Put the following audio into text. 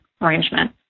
arrangement